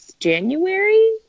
January